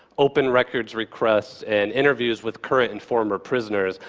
open records requests and interviews with current and former prisoners,